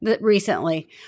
recently